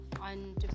on